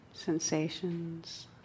sensations